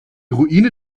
ruine